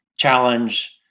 challenge